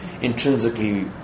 Intrinsically